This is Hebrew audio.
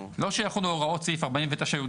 לא שיחולו הוראות סעיף 49(י"ג),